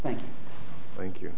thank you thank you